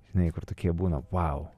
žinai kur tokie būna vau